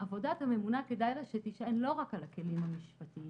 עבודת הממונה כדאי לה שתישען לא רק על הכלים המשפטיים,